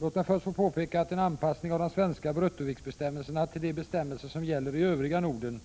Låt mig först få påpeka att en anpassning av de svenska bruttoviktsbestämmelserna till de bestämmelser som gäller i övriga Norden